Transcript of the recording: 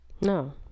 No